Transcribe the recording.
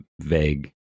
vague